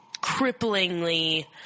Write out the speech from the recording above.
cripplingly